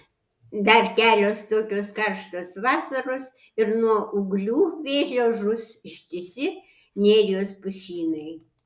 dar kelios tokios karštos vasaros ir nuo ūglių vėžio žus ištisi nerijos pušynai